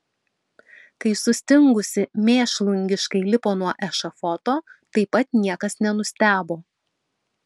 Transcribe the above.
kai sustingusi mėšlungiškai lipo nuo ešafoto taip pat niekas nenustebo